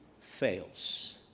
fails